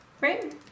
Right